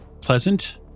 pleasant